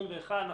21',